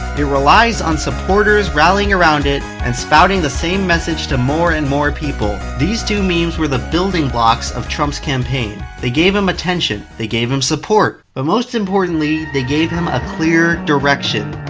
it relies on supporters rallying around it, and spouting the same message to more and more people these two memes were the building blocks of trump's campaign. they gave him attention. they gave him support. but most importantly they gave him a clear direction.